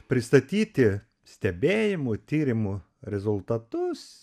pristatyti stebėjimų tyrimų rezultatus